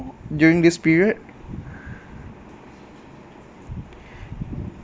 during this period